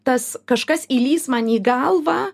tas kažkas įlįs man į galvą